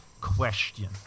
question